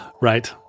right